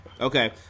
okay